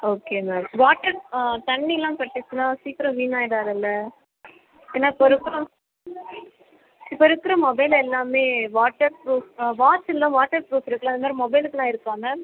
okay ma'am water தண்ணிலாம் பட்டுச்சுன்னா சீக்கிரம் வீணாகிடாதுல ஏன்னா இப்போது இருக்க இப்போ இருக்கிற மொபைல் எல்லாம் வாட்டர் ப்ரூஃப் வாட்ச்லேலாம் வாட்டர் ப்ரூஃப் இருக்குதுல்ல அதுமாதிரி மொபைலுக்கெல்லாம் இருக்கா மேம்